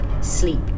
sleep